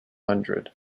hundred